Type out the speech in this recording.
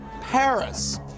Paris